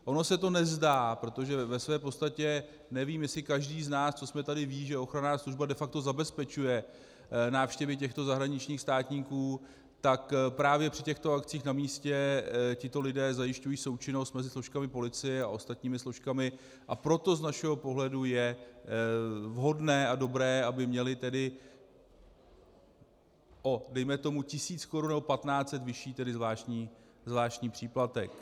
Ono se to nezdá, protože v podstatě nevím, jestli každý z nás, co jsme tady, ví, že ochranná služba de facto zabezpečuje návštěvy těchto zahraničních státníků, tak právě při těchto akcích na místě tito lidé zajišťují součinnost mezi složkami policie a ostatními složkami, a proto z našeho pohledu je vhodné a dobré, aby měli tedy o dejme tomu tisíc korun nebo patnáct set vyšší zvláštní příplatek.